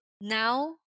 now